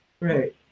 Right